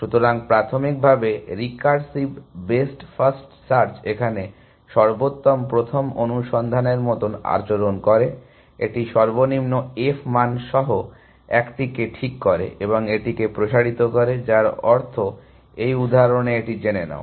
সুতরাং প্রাথমিকভাবে recursive best first search এখানে সর্বোত্তম প্রথম অনুসন্ধানের মতো আচরণ করে এটি সর্বনিম্ন f মান সহ একটিকে ঠিক করে এবং এটিকে প্রসারিত করে যার অর্থ এই উদাহরণে এটি জেনে নাও